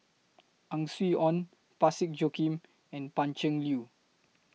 Ang Swee Aun Parsick Joaquim and Pan Cheng Lui